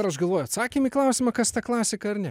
ir aš galvoju atsakymą į klausimą kas ta klasika ar ne